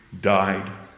died